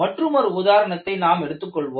மற்றுமொரு உதாரணத்தை நாம் எடுத்துக்கொள்வோம்